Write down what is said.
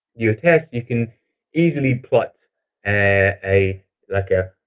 you test, you can easily plot and a like yeah